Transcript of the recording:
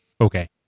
Okay